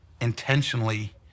intentionally